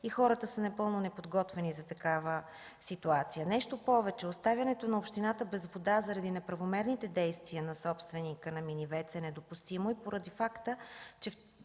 и хората са напълно неподготвени за такава ситуация. Нещо повече, оставянето на общината без вода заради неправомерните действия на собственика на мини ВЕЦ-а е недопустимо и поради факта, че